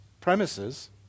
premises